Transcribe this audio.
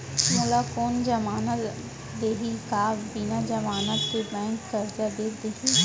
मोला कोन जमानत देहि का बिना जमानत के बैंक करजा दे दिही?